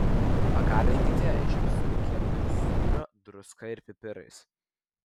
pagardinkite žiupsniu kietojo sūrio druska ir pipirais